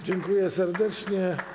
Dziękuję serdecznie.